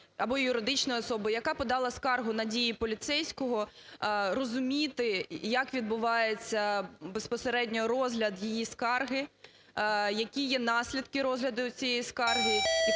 або юридичної особи, яка подала скаргу на дії поліцейського розуміти, як відбувається безпосередньо розгляд її скарги, які є наслідки розгляду цієї скарги,